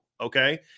Okay